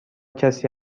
کسی